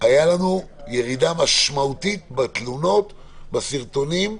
הייתה לנו ירידה משמעותית בתלונות, בסרטונים,